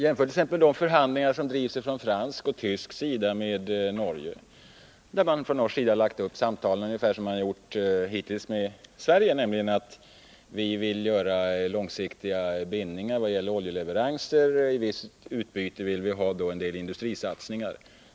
Jämför t.ex. de förhandlingar som drivs från fransk och tysk sida med Norge, där norrmännen lagt upp samtalen på samma sätt som man hittills gjort med Sverige, nämligen så, att de vill ha långsiktiga bindningar vad gäller oljeleveranser. I utbyte vill norrmännen ha vissa industrisatsningar.